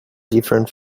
different